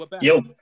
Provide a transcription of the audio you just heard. Yo